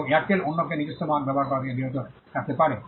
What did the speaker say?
এবং এয়ারটেল অন্যকে নিজস্ব মার্ক ব্যবহার করা থেকে বিরত রাখতে পারে